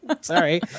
sorry